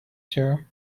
sir